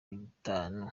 itanu